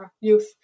youth